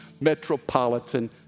metropolitan